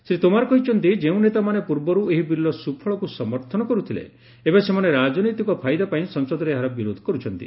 ଶ୍ରୀ ତୋମାର କହିଛନ୍ତି ଯେଉଁ ନେତାମାନେ ପୂର୍ବରୁ ଏହି ବିଲ୍ର ସୁଫଳକୁ ସମର୍ଥନ କରୁଥିଲେ ଏବେ ସେମାନେ ରାଜନୈତିକ ଫାଇଦା ପାଇଁ ସଂସଦରେ ଏହାର ବିରୋଧ କରୁଛନ୍ତି